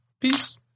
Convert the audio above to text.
Peace